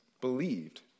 believed